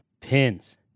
pins